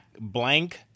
blank